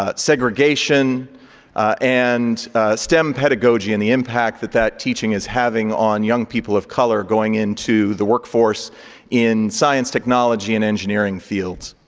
ah segregation and stem pedagogy and the impact that that teaching is having on young people of color going into the workforce in science technology and engineering fields.